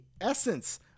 essence